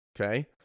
okay